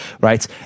right